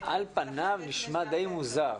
על פניו נשמע מוזר.